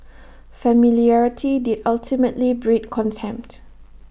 familiarity did ultimately breed contempt